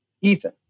Ethan